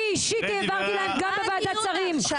אני אישית העברתי להם גם בוועדת שרים.